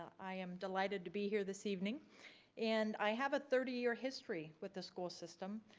i am delighted to be here this evening and i have a thirty year history with the school system,